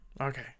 Okay